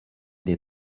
des